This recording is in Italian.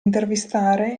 intervistare